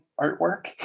artwork